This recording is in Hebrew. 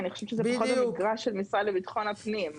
אני חושבת שזה פחות במשרד של ביטחון הפנים.